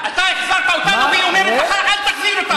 אתה החזרת אותנו, והיא אומרת לך: אל תחזיר אותם.